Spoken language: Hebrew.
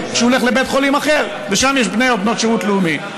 כשהוא הולך לבית חולים אחר ששם יש בני או בנות שירות לאומי?